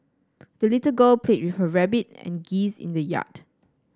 the little girl played with her rabbit and geese in the yard